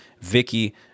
vicky